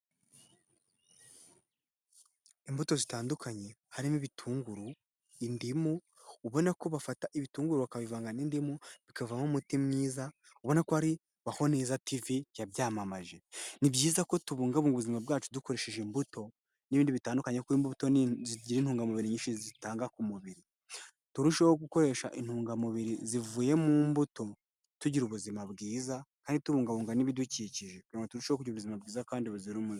Imbuto zitandukanye harimo ibitunguru, indimu ubona ko bafata ibitunguru bakabivanga n'indimu bikavamo umuti mwiza ubona ko ari baho neza tivi yabyamamaje. Ni byiza ko tubungabunga ubuzima bwacu dukoresheje imbuto, n'ibindi bitandukanye kuko imbuto ni zigira intungamubiri nyinshi zitanga ku mubiri turusheho gukoresha intungamubiri zivuye mu mbuto tugira ubuzima bwiza kandi tubungabunga n'ibidukikije kugira ngo turusheho kugira ubuzima bwiza kandi buzira umuze.